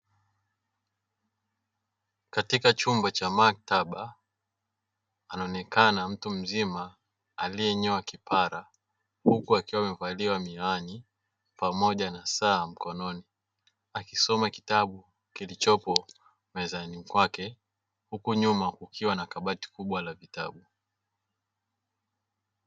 Katika chumba cha maktaba, anaonekana mtu mzima aliyenyoa kipara huku akiwa amevalia miwani pamoja na saa mkononi, akisoma kitabu kilichopo mezani kwake huku nyuma kukiwa na kabati kubwa la vitabu.